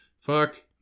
Fuck